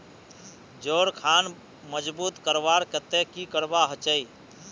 जोड़ खान मजबूत करवार केते की करवा होचए?